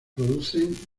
producen